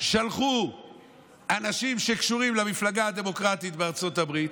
שלחו אנשים שקשורים למפלגה הדמוקרטית בארצות הברית,